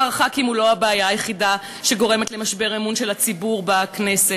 שכר חברי הכנסת הוא לא הבעיה היחידה שגורמת למשבר אמון של הציבור בכנסת.